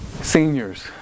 Seniors